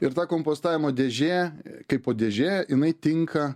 ir ta kompostavimo dėžė kaipo dėžė jinai tinka